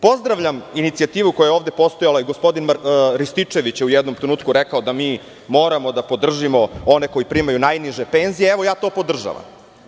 Pozdravljam inicijativu koja je ovde postojala, a gospodin Rističević je u jednom trenutku rekao da mi moramo da podržimo one koji primaju najniže penzije, ja to podržavam.